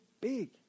big